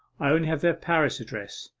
i only have their paris address.